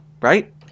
right